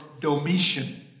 Domitian